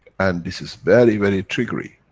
and this is very, very triggery.